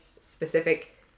specific